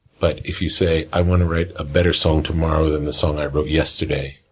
but, if you say, i want to write a better song tomorrow than the song i wrote yesterday,